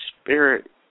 spirit